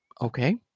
okay